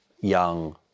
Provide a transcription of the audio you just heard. young